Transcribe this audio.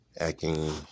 acting